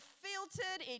filtered